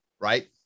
right